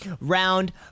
round